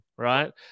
right